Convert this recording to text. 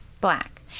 black